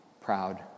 proud